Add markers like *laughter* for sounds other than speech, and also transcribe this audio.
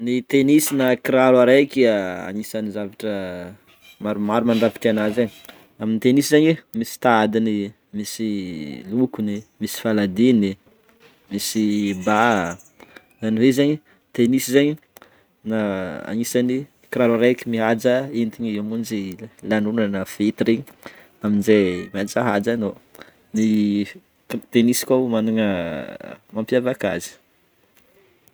Ny tennis na kiraro areky a, agnisany zavatra maromaro mandrafitra ananjy e, amin'ny tennis zany misy tadiny, misy *hesitation* lokony misy faladihany, misy baha zany hoe zany ny tennis zany agnisany kiraro araiky mihaza entiny hamonjy lanonana amize mihajahaja anô, ny tennis koa managna ny mampiavaka azy.